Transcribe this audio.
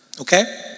Okay